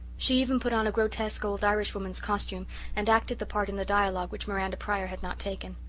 she even put on a grotesque old irish woman's costume and acted the part in the dialogue which miranda pryor had not taken.